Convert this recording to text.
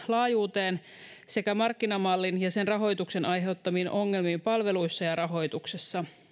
laajuuteensa sekä markkinamallin ja sen rahoituksen aiheuttamiin ongelmiin palveluissa ja rahoituksessa